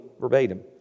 verbatim